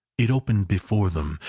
it opened before them,